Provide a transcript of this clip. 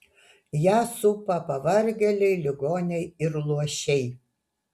ją supa pavargėliai ligoniai ir luošiai